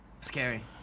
Scary